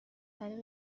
طریق